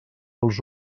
els